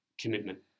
commitment